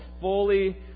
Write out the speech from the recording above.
fully